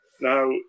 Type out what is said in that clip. Now